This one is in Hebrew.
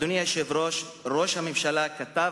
אדוני היושב-ראש, ראש הממשלה כתב,